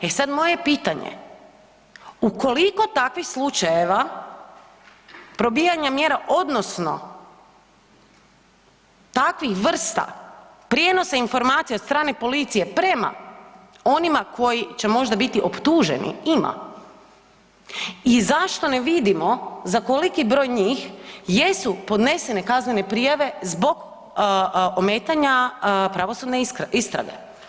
E sad moje je pitanje, u koliko takvih slučajeva probijanja mjera odnosno takvih vrsta prijenosa informacija od strane policije prema onima koji će možda biti optuženi ima i zašto ne vidimo za koliki broj njih jesu podnesene kaznene prijave zbog ometanja pravosudne istrage?